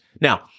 Now